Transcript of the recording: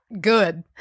good